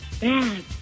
bad